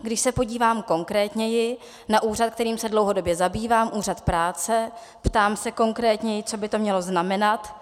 Když se podívám konkrétněji na úřad, kterým se dlouhodobě zabývám, Úřad práce, ptám se konkrétněji, co by to mělo znamenat?